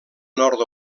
nord